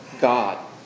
God